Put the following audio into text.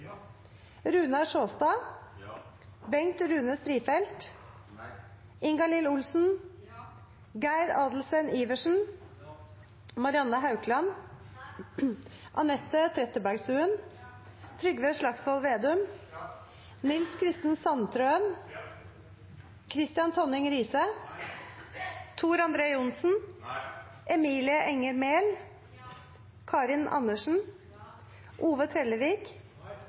Runar Sjåstad, Ingalill Olsen, Geir Adelsten Iversen, Anette Trettebergstuen, Trygve Slagsvold Vedum, Nils Kristen Sandtrøen,